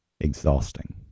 exhausting